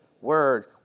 word